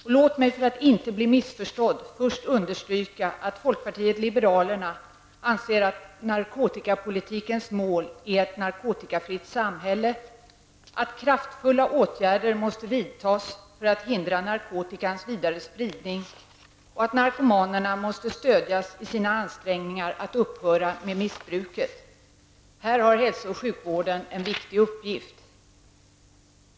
För att jag inte skall bli missförstådd vill jag med en gång understryka att vi i folkpartiet liberalerna anser att målet för narkotikapolitiken är ett narkotikafritt samhälle, att kraftfulla åtgärder vidtas för att hindra narkotikans vidare spridning och att narkomanerna får stöd i sina ansträngningar att upphöra med sitt missbruk. Här har hälso och sjukvården en viktig uppgift.